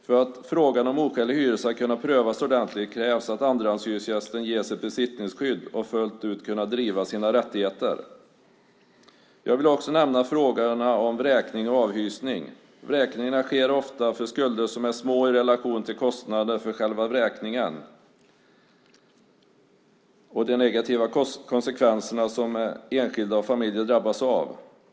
För att frågan om oskälig hyra ska kunna prövas ordentligt krävs att andrahandshyresgästen ges ett besittningsskydd och fullt ut kan driva sina rättigheter. Jag vill också nämna frågorna om vräkning och avhysning. Vräkningar sker ofta för skulder som är små i relation till kostnaderna för själva vräkningen och de negativa konsekvenser som enskilda och familjer drabbas av.